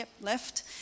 left